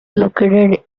located